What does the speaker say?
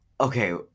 okay